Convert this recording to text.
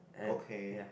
okay